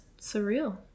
surreal